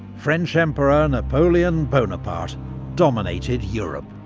french emperor napoleon bonaparte dominated europe.